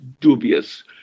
dubious